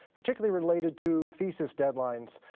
particularly, related to thesis deadlines.